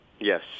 Yes